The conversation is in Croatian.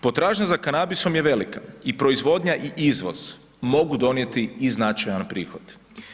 Potražnja za kanabisom je velika i proizvodnja i izvoz mogu donijeti i značajan prihod.